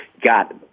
got